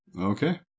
Okay